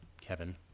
Kevin